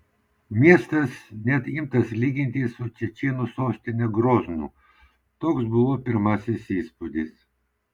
miestas net imtas lyginti su čečėnų sostine groznu toks buvo pirmasis įspūdis